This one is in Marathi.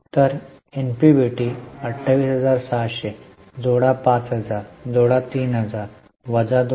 तर एनपीबीटी 28600 जोडा 5000 जोडा 3000 वजा 2000